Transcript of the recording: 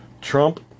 Trump